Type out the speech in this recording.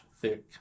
thick